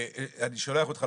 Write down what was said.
אני חושב שגם